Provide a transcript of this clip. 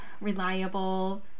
reliable